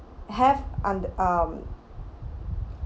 have unde~ um